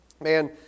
Man